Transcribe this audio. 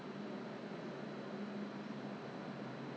ah placenta yes I've 听过 but usually it's goat placenta right